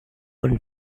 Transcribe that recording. und